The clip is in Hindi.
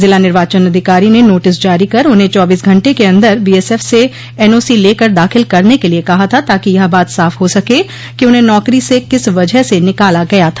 ज़िला निर्वाचन अधिकारो ने नोटिस जारी कर उन्हें चौबोस घंटे के अन्दर बीएसएफ से एनओसी लेकर दाखिल करने के लिये कहा था ताकि यह बात साफ हो सके कि उन्हें नौकरी से किस वजह से निकाला गया था